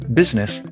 business